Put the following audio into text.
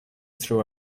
throw